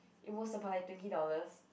it was about like twenty dollars